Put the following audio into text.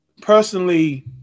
Personally